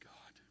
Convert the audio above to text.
God